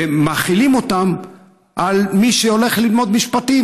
ומחילים אותם על מי שהולך ללמוד משפטים?